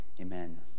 amen